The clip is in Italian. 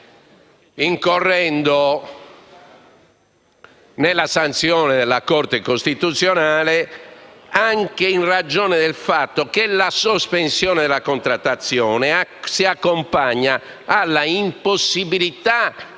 incorrendo nella sanzione della Corte costituzionale anche in ragione del fatto che la sospensione della contrattazione si accompagna all'impossibilità